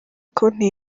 konti